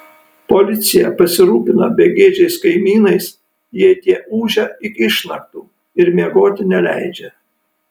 policija pasirūpina begėdžiais kaimynais jei tie ūžia iki išnaktų ir miegoti neleidžia